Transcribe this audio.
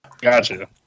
Gotcha